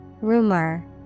Rumor